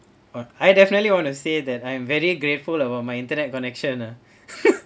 oh I definitely want to say that I am very grateful about my internet connection ah